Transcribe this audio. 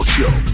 Show